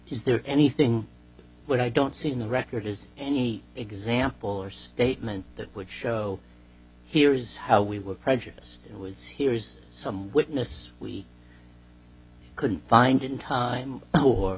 is there anything what i don't see in the record is any example or statement that would show here is how we were prejudiced it was here's some witness we couldn't find in time or